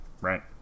right